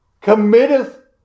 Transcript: committeth